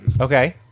Okay